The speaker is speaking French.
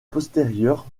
postérieures